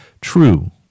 True